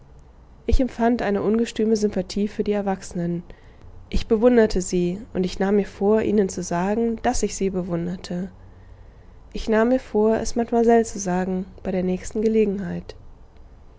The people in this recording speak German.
ich empfand eine ungestüme sympathie für die erwachsenen ich bewunderte sie und ich nahm mir vor ihnen zu sagen daß ich sie bewunderte ich nahm mir vor es mademoiselle zu sagen bei der nächsten gelegenheit